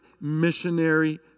missionary